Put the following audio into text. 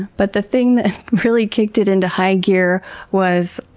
but, the thing that really kicked it into high gear was